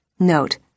Note